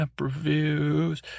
reviews